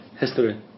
history